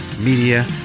media